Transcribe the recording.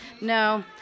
No